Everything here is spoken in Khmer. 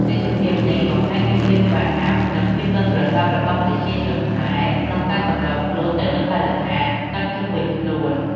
ទេសភាពនេះបង្ហាញពីភាពស្វាហាប់ និងភាពប៉ិនប្រសប់របស់ប្រជាជនខ្មែរក្នុងការសម្របខ្លួនទៅនឹងបរិស្ថានទឹកជុំវិញខ្លួន។